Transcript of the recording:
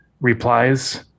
replies